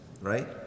right